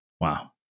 Wow